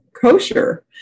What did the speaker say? kosher